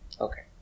Okay